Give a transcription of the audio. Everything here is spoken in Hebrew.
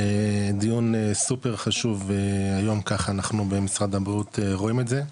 דיון סופר חשוב והיום ככה אנחנו במשרד הבריאות רואים את זה,